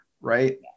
right